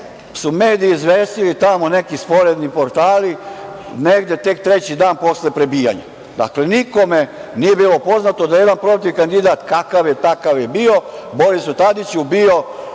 su mediji izvestili tamo neki sporedni portali, negde tek treći dan posle prebijanja. Dakle, nikom nije bilo poznato da je jedan protivkandidat, kakav je – takav je, Borisu Tadiću bio